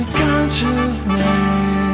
consciousness